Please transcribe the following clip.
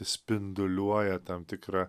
spinduliuoja tam tikra